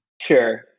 Sure